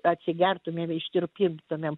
atsigertumėm ištirpintumėm